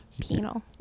Penal